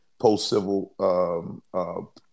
post-civil